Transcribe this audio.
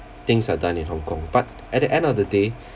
things are done in hong kong but at the end of the day